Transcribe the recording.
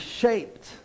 shaped